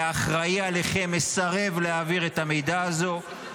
והאחראי עליכם מסרב להעביר את המידע הזה,